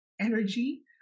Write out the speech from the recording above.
energy